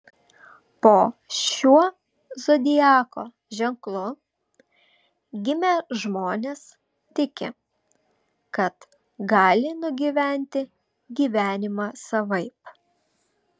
po šiuo zodiako ženklu gimę žmonės tiki kad gali nugyventi gyvenimą savaip